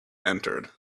entered